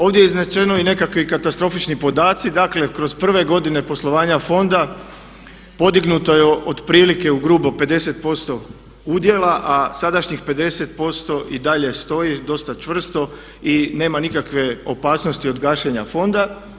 Ovdje su izneseni i nekakvi katastrofični podaci, dakle kroz prve godine poslovanja fonda podignuto je otprilike ugrubo 50% udjela a sadašnjih 50% i dalje stoji dosta čvrsto i nema nikakve opasnosti od gašenja fonda.